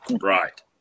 Right